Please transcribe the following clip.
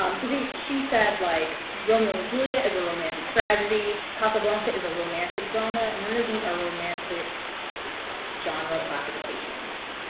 um so they, she said like romeo and juliet is a romantic tragedy, casablanca is a romantic drama, none of these are romantic genre classifications.